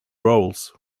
roles